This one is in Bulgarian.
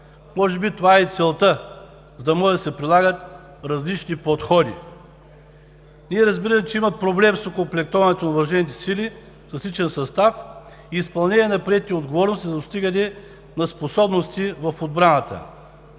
Може би това е и целта, за да може да се прилагат различни подходи. Ние разбираме, че има проблем с окомплектоването на въоръжените сили с личен състав и изпълнение на приетите отговорности за достигане на способности в отбраната.